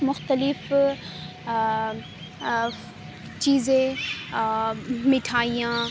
مختلف چیزیں مٹھائیاں